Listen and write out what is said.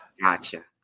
Gotcha